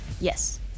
Yes